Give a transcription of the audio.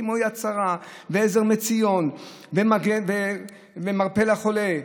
כמו יד שרה ועזר מציון ומרפא לחולה,